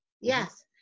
Yes